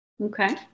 Okay